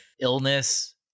illness